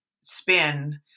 spin